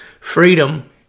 freedom